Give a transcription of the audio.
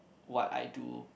what I do